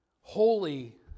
holy